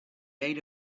made